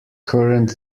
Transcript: current